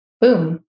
boom